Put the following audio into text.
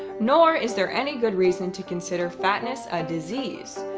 nor is there any good reason to consider fatness a disease.